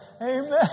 Amen